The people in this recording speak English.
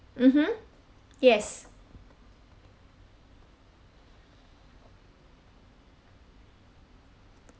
mmhmm yes